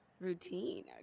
routine